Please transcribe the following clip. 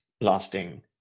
lasting